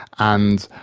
and